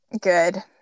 good